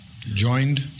joined